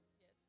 Yes